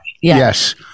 Yes